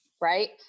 Right